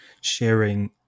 sharing